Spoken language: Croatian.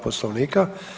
Poslovnika.